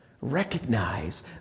recognize